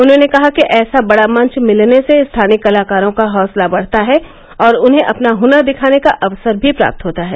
उन्होंने कहा कि ऐसा बड़ा मंच मिलने से स्थानीय कलाकारों का हौसला बढ़ता है और उन्हें अपना हनर दिखाने का अवसर भी प्राप्त होता है